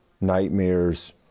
nightmares